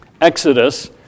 Exodus